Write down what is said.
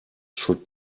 should